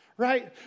Right